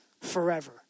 forever